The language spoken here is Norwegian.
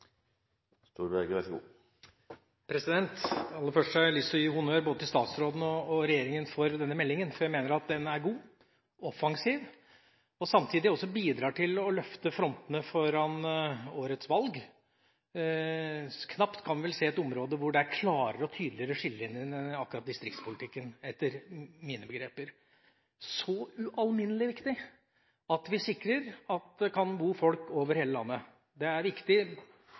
Aller først har jeg lyst til å gi honnør til både statsråden og regjeringa for denne meldingen, for jeg mener at den er god, offensiv og også samtidig bidrar til å løfte frontene foran årets valg. Man kan vel etter mine begreper knapt se et område hvor det er klarere og tydeligere skillelinjer enn akkurat i distriktspolitikken. Det er så ualminnelig viktig at vi sikrer at det kan bo folk over hele landet. Det er viktig